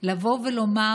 לבוא ולומר: